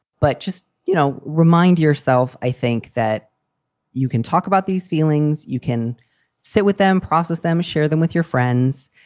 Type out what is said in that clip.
but just you know remind yourself, i think that you can talk about these feelings, you can sit with them, process them, share them with your friends.